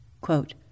Quote